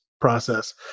process